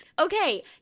Okay